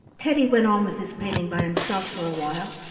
teddy went on with his painting by himself for a while,